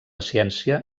ciència